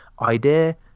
idea